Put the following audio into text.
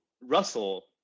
Russell